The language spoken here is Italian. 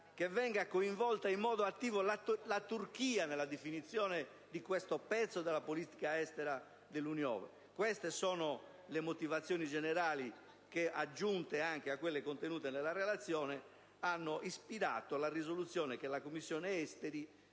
venga coinvolta in modo attivo nella definizione di questo pezzo di politica estera dell'Unione. Queste sono le motivazioni generali che, aggiunte a quelle contenute nella relazione, hanno ispirato la risoluzione che la Commissione esteri